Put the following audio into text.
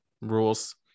rules